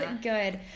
good